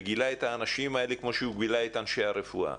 וגילה את האנשים האלה כמו שהוא גילה את אנשי הרפואה,